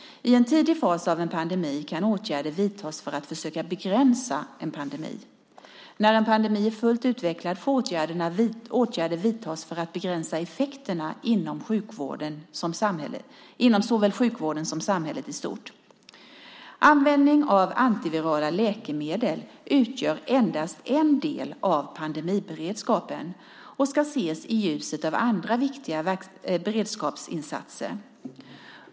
I en tidig fas av en pandemi kan åtgärder vidtas för att försöka begränsa en pandemi; när en pandemi är fullt utvecklad får åtgärder vidtas för att begränsa effekterna inom såväl sjukvården som samhället i stort. Användning av antivirala läkemedel utgör endast en del av pandemiberedskapen och ska ses i ljuset av andra viktiga beredskapsinsatser.